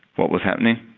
what was happening.